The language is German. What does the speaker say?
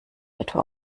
etwa